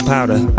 Powder